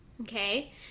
okay